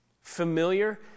familiar